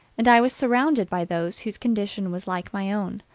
and i was surrounded by those whose condition was like my own.